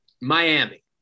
Miami